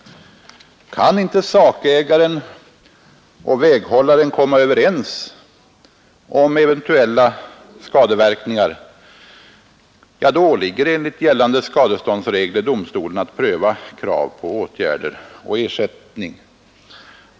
Om inte sakägaren och väghållaren kan komma överens om eventuella skadeverkningar, åligger det enligt gällande skadeståndsregler domstol att pröva krav på åtgärder och ersättning.